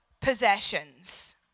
possessions